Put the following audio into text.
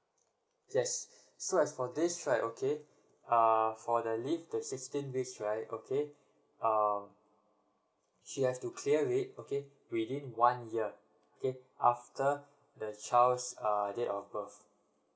yes so as for this right okay uh for the leave the sixteen weeks right okay uh she has to clear it okay within one year okay after the child's uh date of birth